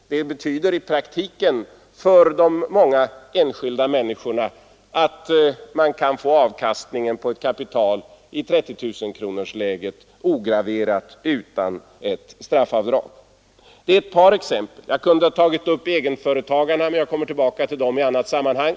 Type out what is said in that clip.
Det betyder i praktiken för de många enskilda människorna att man kan få avkastningen på ett kapital i 30 000-kronorsläget ograverat utan ett straffavdrag. Jag kan nämna egenföretagarna, som jag kommer tillbaka till i annat sammanhang.